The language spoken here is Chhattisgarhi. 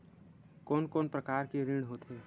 कोन कोन प्रकार के ऋण होथे?